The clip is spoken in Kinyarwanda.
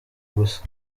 gusa